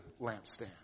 lampstand